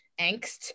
angst